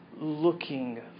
looking